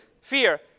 fear